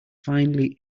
finally